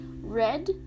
Red